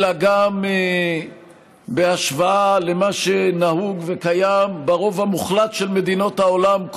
אלא גם בהשוואה למה שנהוג וקיים ברוב המוחלט של מדינות העולם,